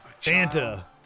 Santa